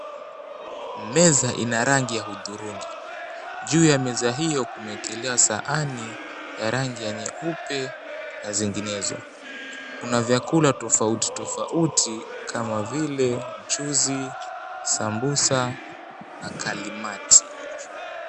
Meza ina rangi ya hudhurungi. Juu ya meza hiyo kumeekelewa sahani ya rangi ya nyepe na zinginezo. Kuna vyakula tofauti tofauti kama vile mchuzi, sambusa na kaimati.